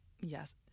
yes